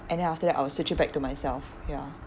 and then after that I will switch it back to myself ya